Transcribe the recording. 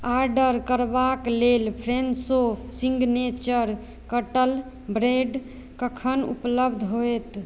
order करबाक लेल Fresho signature कटल ब्रेड कखन उपलब्ध होयत